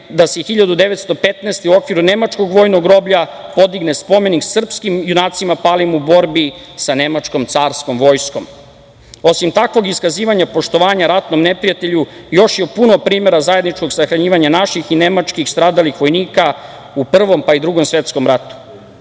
da se 1915. godine u okviru nemačkog vojnog groblja podigne spomenik srpskim junacima palim u borbi sa nemačkom carskom vojskom. Osim takvog iskazivanja poštovanja ratnom neprijatelju još je puno primera zajedničkog sahranjivanja naših i nemačkih stradalih vojnika u Prvom, pa i Drugom svetskom ratu,